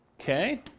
Okay